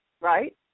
Right